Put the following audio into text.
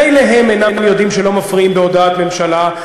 מילא הם אינם יודעים שלא מפריעים בהודעת ממשלה,